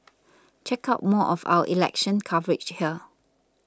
check out more of our election coverage here